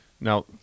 Now